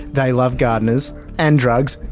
they love gardeners and drugs,